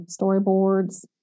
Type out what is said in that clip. storyboards